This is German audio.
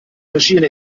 maschine